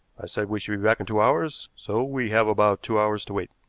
i said we should be back in two hours, so we have about two hours to wait.